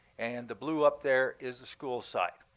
and the blue up there is a school site.